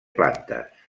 plantes